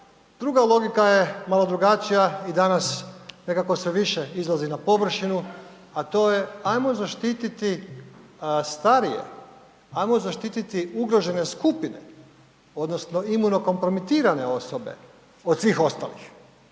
Druga logika je malo drugačija i danas nekako sve više izlazi na površinu, a to je ajmo zaštititi starije, ajmo zaštititi ugrožene skupine odnosno imunokompromitirane osobe od svih ostalih